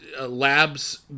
labs